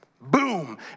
Boom